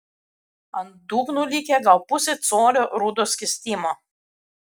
ant dugno likę gal pusė colio rudo skystimo